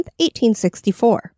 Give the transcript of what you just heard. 1864